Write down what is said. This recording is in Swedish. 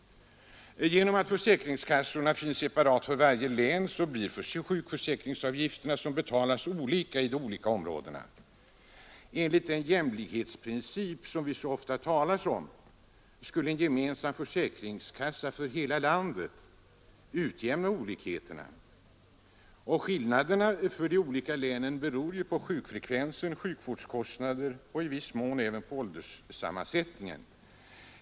Genom att försäkringskassor finns separat för varje län blir sjukförsäkringsavgifterna olika i de olika områdena. En gemensam försäkringskassa för hela landet skulle kunna leda till att olikheterna utjämnades, vilket skulle vara i linje med den jämlikhetsprincip som det så ofta talas om. Skillnaderna mellan de olika länen beror på sjukfrekvens och sjukvårdskostnader samt i viss mån på ålderssammansättningen.